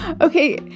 Okay